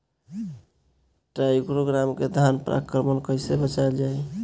टाइक्रोग्रामा के धान पर आक्रमण से कैसे बचाया जाए?